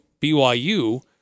BYU